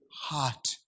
heart